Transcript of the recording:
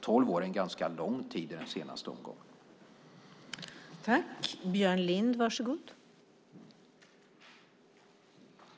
Tolv år i den senaste omgången är en ganska lång tid.